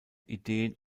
ideen